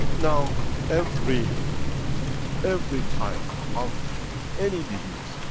now every every type of any disease,